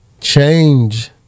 change